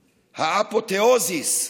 האפותיאוזיס,